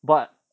but